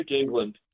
England